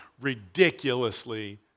ridiculously